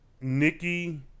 Nikki